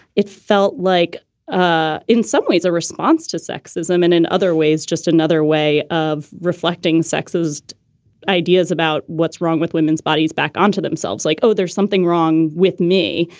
it felt like ah in some ways a response to sexism and in other ways just another way of reflecting sexist ideas about what's wrong with women's bodies back onto themselves like oh, there's something wrong with me,